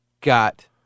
got